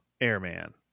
Airman